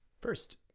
First